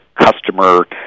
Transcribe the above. customer